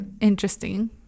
interesting